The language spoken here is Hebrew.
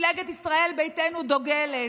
מפלגת ישראל ביתנו, דוגלת.